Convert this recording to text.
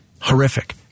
horrific